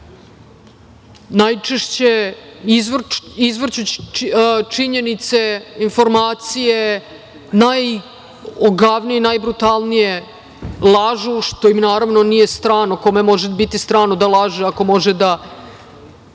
najčešće izvrću činjenice, informacije najogavnije, najbrutalnije lažu, što im naravno nije strano. Kome može biti strano da laže ako može da